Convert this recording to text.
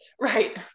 Right